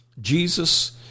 Jesus